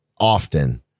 often